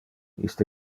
iste